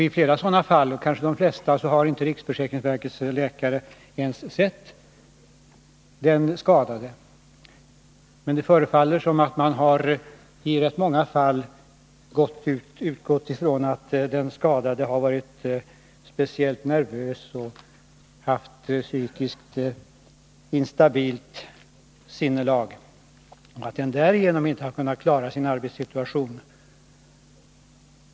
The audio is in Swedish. I flera sådana fall — kanske de flesta — har inte riksförsäkringsverkets läkare ens sett den skadade. Men det förefaller som om man rätt ofta har utgått ifrån att den skadade har varit speciellt nervös, haft psykiskt instabilt sinnelag, och därigenom inte har kunnat klara sin arbetssituation.